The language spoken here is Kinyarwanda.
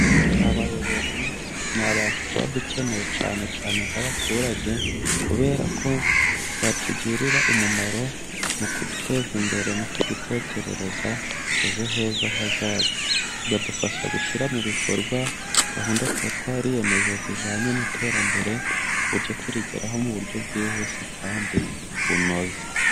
Abayobozi ni abantu tuba dukeneye cyane cyane nk'abaturage kubera ko batugirira umumaro mu kuduteza imbere no kudutekerereza ejo heza hazaza. Badufasha gushyira mu bikorwa gahunda tuba twayemeje zijyanye n'iterambere, ku buryo turigeraho mu buryo bwihuse kandi bunoze.